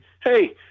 Hey